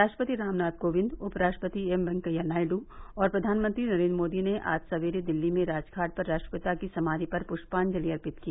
राष्ट्रपति रामनाथ कोविंद उपराष्ट्रपति एम वेंकैया नायड् और प्रधानमंत्री नरेन्द्र मोदी ने आज सवेरे दिल्ली में राजघाट पर राष्ट्रपिता की समाधि पर पुष्पांजलि अर्पित की